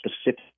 specific